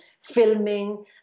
filming